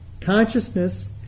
consciousness